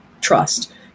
trust